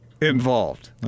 involved